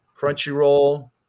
crunchyroll